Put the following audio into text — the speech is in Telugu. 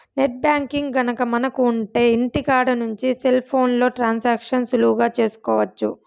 నెట్ బ్యాంకింగ్ గనక మనకు ఉంటె ఇంటికాడ నుంచి సెల్ ఫోన్లో ట్రాన్సాక్షన్స్ సులువుగా చేసుకోవచ్చు